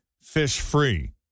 fish-free